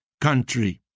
country